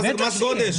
מה זה מס גודש?